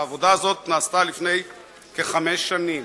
העבודה הזאת נעשתה לפני כחמש שנים.